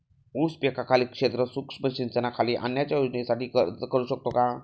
ऊस पिकाखालील क्षेत्र सूक्ष्म सिंचनाखाली आणण्याच्या योजनेसाठी अर्ज करू शकतो का?